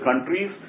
countries